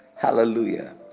Hallelujah